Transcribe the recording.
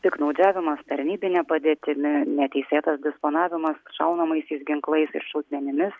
piktnaudžiavimas tarnybine padėtimi neteisėtas disponavimas šaunamaisiais ginklais ir šaudmenimis